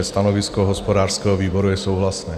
Stanovisko hospodářského výboru je souhlasné.